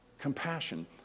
compassion